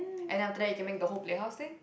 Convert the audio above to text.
and after that you can make the whole playhouse there